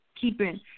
keeping –